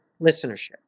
listenership